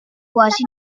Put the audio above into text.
quasi